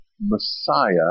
Messiah